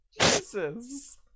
Jesus